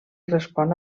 respon